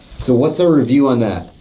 so what's our review on that?